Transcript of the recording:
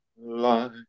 light